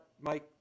Mike